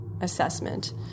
assessment